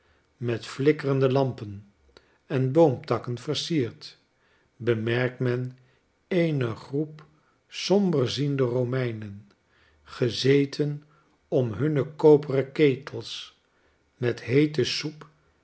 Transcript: met flikkerende lampen en boo'mtakken versiert bemerkt men eene groep somberziende romeinen gezeten om hunne koperen ketels met heete soep